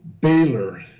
Baylor